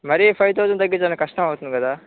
మరీ five thousand తగ్గించాలంటే కష్టం అవుతుంది కదా